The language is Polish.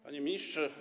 Panie Ministrze!